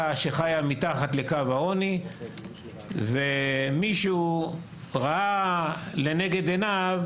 שחיה מתחת לקו העוני ומישהו ראה לנגד עיניו,